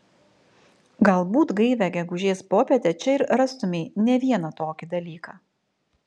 galbūt gaivią gegužės popietę čia ir rastumei ne vieną tokį dalyką